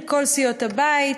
מכל סיעות הבית,